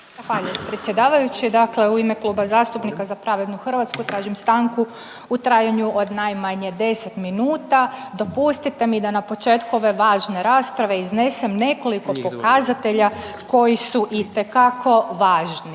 predsjedavajući. Dakle u ime Kluba zastupnika Za pravednu Hrvatsku tražim stanku u trajanju od najmanje 10 minuta. Dopustite mi da na početku ove važne rasprave iznesem nekoliko pokazatelja koji su itekako važni.